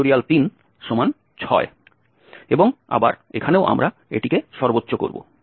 6 এবং আবার এখানেও আমরা এটিকে সর্বোচ্চ করব